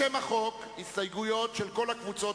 לשם החוק יש הסתייגויות של כל הקבוצות